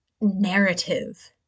narrative